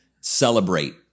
celebrate